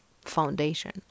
foundation